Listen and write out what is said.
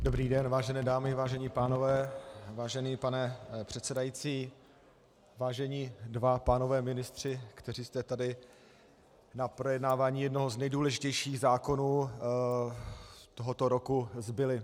Dobrý den, vážené dámy, vážení pánové, vážený pane předsedající, vážení dva pánové ministři, kteří jste tady na projednávání jednoho z nejdůležitějších zákonů tohoto roku, zbyli.